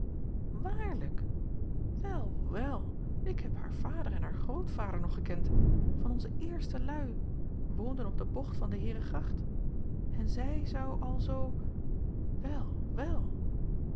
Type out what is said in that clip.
aarlijk el wel ik heb haar vader en haar grootvader nog gekend van onze eerste luî woonden op de bocht van de eeregracht n zij zou alzoo wel wel